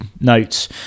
notes